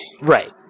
right